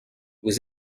vous